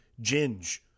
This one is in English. Ginge